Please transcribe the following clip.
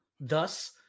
Thus